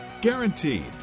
Guaranteed